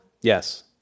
Yes